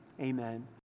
amen